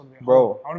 Bro